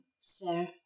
sir